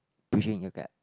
bridging the gap